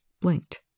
blinked